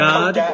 God